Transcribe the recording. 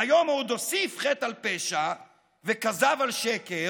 והיום הוא עוד הוסיף חטא על פשע וכזב על שקר,